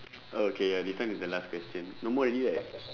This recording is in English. okay ya this one is the last question no more already right